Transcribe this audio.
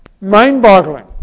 Mind-boggling